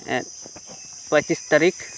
ᱮᱸᱫ ᱯᱚᱸᱪᱤᱥ ᱛᱟᱹᱨᱤᱠᱷ